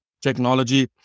technology